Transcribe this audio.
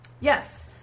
Yes